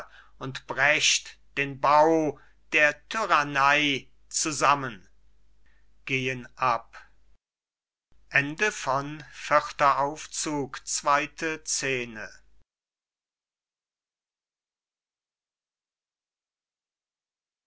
und brecht den bau der tyrannei zusammen gehen ab